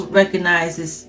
recognizes